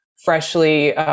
freshly